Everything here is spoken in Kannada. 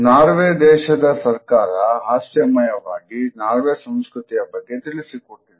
ನಾರ್ವೇ ದೇಶದ ಸರ್ಕಾರ ಹಾಸ್ಯಮಯವಾಗಿ ನಾರ್ವೆ ಸಂಸ್ಕೃತಿಯ ಬಗ್ಗೆ ತಿಳಿಸಿಕೊಟ್ಟಿದೆ